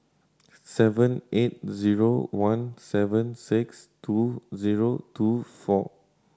seven eight zero one seven six two zero two four